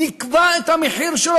נקבע את המחיר שלו,